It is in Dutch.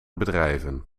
bedrijven